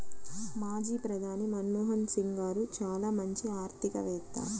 మాజీ ప్రధాని మన్మోహన్ సింగ్ గారు చాలా మంచి ఆర్థికవేత్త